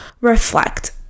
reflect